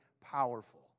powerful